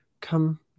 come